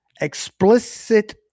explicit